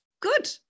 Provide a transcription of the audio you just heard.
Good